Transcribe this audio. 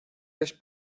les